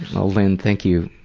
oh lynn, thank you